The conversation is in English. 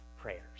prayers